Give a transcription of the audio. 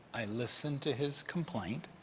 i listened to his complaint,